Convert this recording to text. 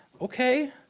okay